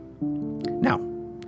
Now